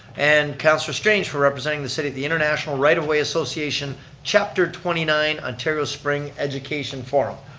and councilor strange for representing the city of the international right of way association chapter twenty nine ontario spring education forum.